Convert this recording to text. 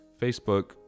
Facebook